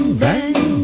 bang